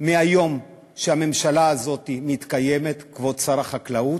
היום שנה שהממשלה הזאת מתקיימת, כבוד שר החקלאות,